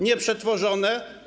Nieprzetworzone?